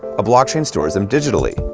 a blockchain stores them digitally.